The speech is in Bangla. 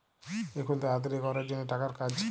এখুল তাড়াতাড়ি ক্যরের জনহ টাকার কাজ